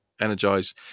energize